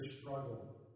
struggle